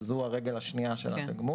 שזה הרגל השנייה של התגמול.